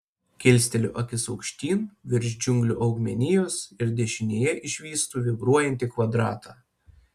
kilsteliu akis aukštyn virš džiunglių augmenijos ir dešinėje išvystu vibruojantį kvadratą